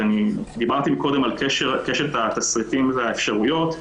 ודיברתי קודם על קשת התסריטים והאפשרויות.